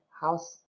house